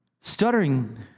stuttering